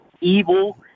evil